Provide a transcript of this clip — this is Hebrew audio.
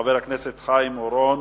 חבר הכנסת חיים אורון,